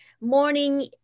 morning